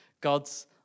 God's